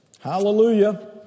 Hallelujah